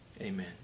Amen